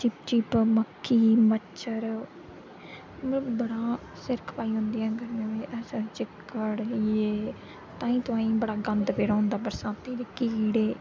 चिप चिप मक्खी मच्छर मतलब बड़ी सिर खपाई होंदी ऐ गर्मियें च रस्तें चिक्कड़ जे तांही तुआंही बड़ा गंद पेदा होंदा बरसांती ते कीड़े